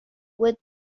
with